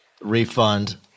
refund